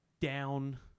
down